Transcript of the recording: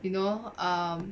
you know um